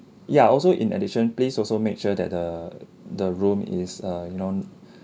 ya also in addition please also make sure that the the room is a you know